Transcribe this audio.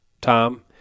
Tom